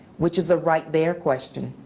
which is a right there question.